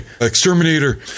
Exterminator